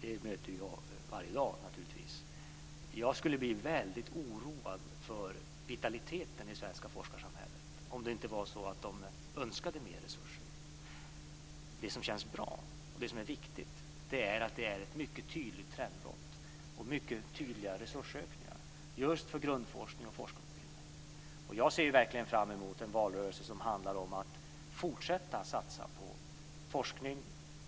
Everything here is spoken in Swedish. Det möter jag naturligtvis varje dag. Jag skulle bli väldigt oroad över vitaliteten i det svenska forskarsamhället om det inte var så att de önskade mer resurser. Det som känns bra, och det som är viktigt, är att det är ett mycket tydligt trendbrott, och mycket tydliga resursökningar just i fråga om grundforskning och forskarutbildning. Jag ser verkligen fram emot en valrörelse som handlar om att fortsätta satsa på forskning